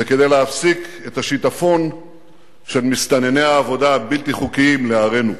ולהפסקת השיטפון של מסתנני העבודה הבלתי חוקיים לערינו.